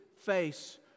face